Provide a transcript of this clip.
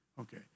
Okay